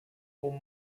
con